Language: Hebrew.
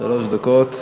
שלוש דקות.